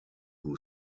who